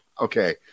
Okay